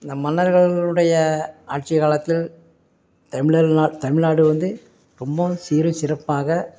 நம் மன்னர்களினுடைய ஆட்சிக் காலத்தில் தமிழர்களால் தமிழ்நாடு வந்து ரொம்பவும் சீரும் சிறப்பாக